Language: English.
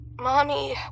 Mommy